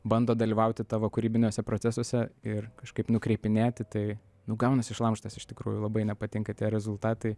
bando dalyvauti tavo kūrybiniuose procesuose ir kažkaip nukreipinėti tai nu gaunasi šlamštas iš tikrųjų labai nepatinka tie rezultatai